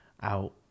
out